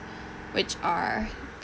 which are